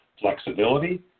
flexibility